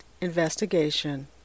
investigation